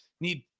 need